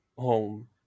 home